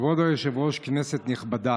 כבוד היושב-ראש, כנסת נכבדה,